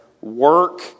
work